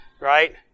right